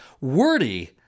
wordy